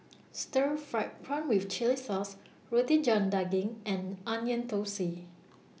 Stir Fried Prawn with Chili Sauce Roti John Daging and Onion Thosai